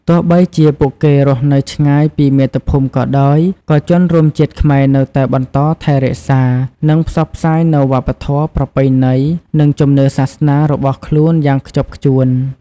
ទោះបីជាពួកគេរស់នៅឆ្ងាយពីមាតុភូមិក៏ដោយ ក៏ជនរួមជាតិខ្មែរនៅតែបន្តថែរក្សា និងផ្សព្វផ្សាយនូវវប្បធម៌ ប្រពៃណី និងជំនឿសាសនារបស់ខ្លួនយ៉ាងខ្ជាប់ខ្ជួន។